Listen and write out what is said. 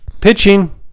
Pitching